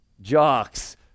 jocks